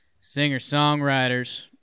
singer-songwriters